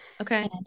Okay